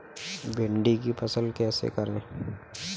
भिंडी की फसल कैसे करें?